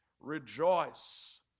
Rejoice